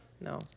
No